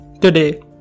Today